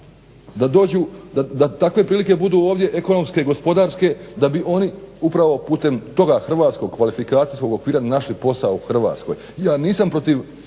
Da takve prilike budu ovdje ekonomske i gospodarske da bi oni upravo putem toga HKO-a našli posao u Hrvatskoj. Ja nisam protiv